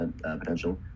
potential